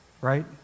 right